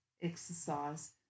exercise